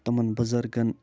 تِمن بٕزرگن